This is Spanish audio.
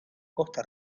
costa